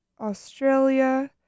Australia